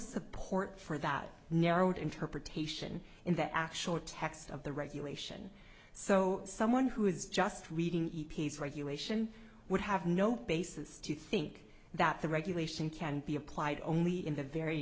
support for that narrow interpretation in the actual text of the regulation so someone who is just reading regulation would have no basis to think that the regulation can be applied only in the very